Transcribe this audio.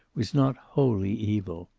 was not wholly evil.